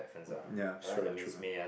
ya sure lah true lah